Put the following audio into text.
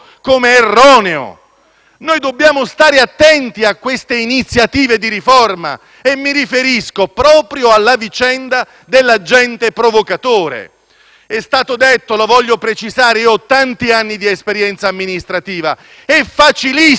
Dobbiamo stare attenti a queste iniziative di riforma, e mi riferisco proprio alla vicenda dell'agente provocatore. È stato detto - lo voglio precisare, avendo tanti anni di esperienza amministrativa - che è facilissimo sbagliare